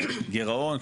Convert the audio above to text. גירעון,